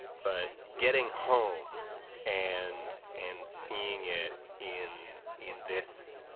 but getting home and, and seeing it in, in this